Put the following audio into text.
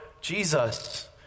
Jesus